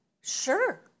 Sure